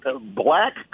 Black